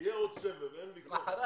יהיה עוד סבב --- למחרת,